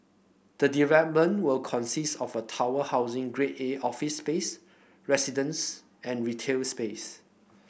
the development will consist of a tower housing Grade A office space residence and retail space